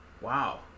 Wow